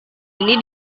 ini